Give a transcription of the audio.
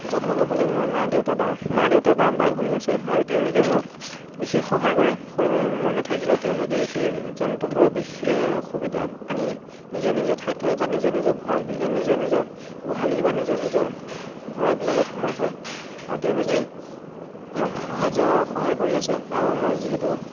যত্ন ল'বলৈ মোৰ মা দেউতা বা মা দেউতা বা বাই ভনী আছে আৰু তেওঁলোকে মোক বিশেষ সহায় কৰে মই নাথাকিলেও তেওঁলোকে সেই জন্তুবোৰক সুবিধা আনি নিজৰ নিজৰ ঠাইত থয় বা নিজৰ নিজৰ ভঁৰাল নিজৰ নিজৰ গোহালিত বা নিজৰ নিজৰ ভঁৰালবিলাকত সোমাই থয় আৰু তেওঁলোকে মোক সাহায্য সহায় কৰি আছে আৰু মই যিহেতু